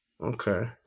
Okay